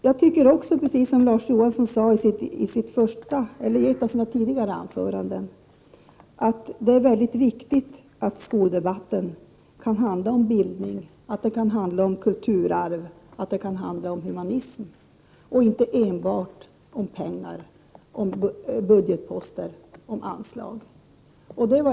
Jag anser, precis som Larz Johansson sade i ett av sina tidigare anföranden, att det är mycket viktigt att skoldebatten kan handla om bildning, kulturarv och humanism och inte enbart om pengar, budgetposter och anslag.